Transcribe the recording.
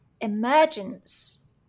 emergence